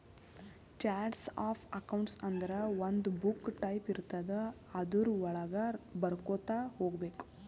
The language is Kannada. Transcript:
ಚಾರ್ಟ್ಸ್ ಆಫ್ ಅಕೌಂಟ್ಸ್ ಅಂದುರ್ ಒಂದು ಬುಕ್ ಟೈಪ್ ಇರ್ತುದ್ ಅದುರ್ ವಳಾಗ ಬರ್ಕೊತಾ ಹೋಗ್ಬೇಕ್